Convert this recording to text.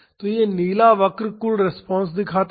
तो यह नीला वक्र कुल रिस्पांस दिखाता है